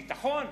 ביטחון.